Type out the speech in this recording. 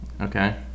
okay